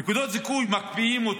נקודות זיכוי מקפיאים,